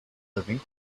living